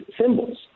symbols